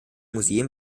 museen